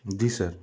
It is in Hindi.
जी सर